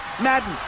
Madden